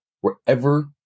wherever